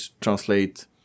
translate